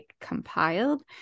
compiled